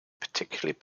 particularly